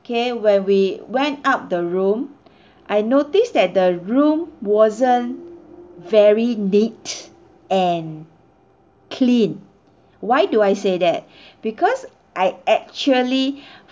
okay when we went up the room I noticed that the room wasn't very neat and clean why do I say that because I actually